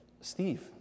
Steve